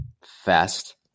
Fast